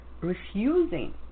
refusing